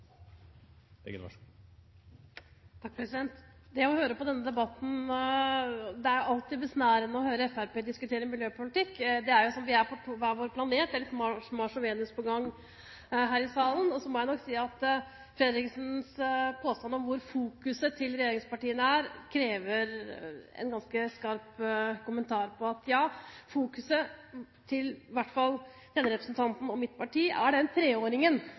jo som om vi er på hver vår planet, eller på Mars og Venus på én gang her i salen. Så må jeg nok si at Fredriksens påstand om hvor fokuset til regjeringspartiene er, krever en ganske skarp kommentar. Ja, fokuset til i hvert fall denne representanten og mitt parti er treåringen som må være inne den